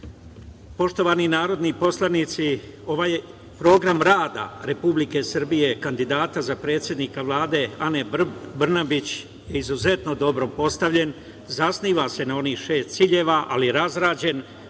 ministre. Poštovani narodni poslanici, ovaj program rada Republike Srbije kandidata za predsednika Vlade Ane Brnabić izuzetno je dobro postavljen, zasniva se na onih šest ciljeva, ali razrađen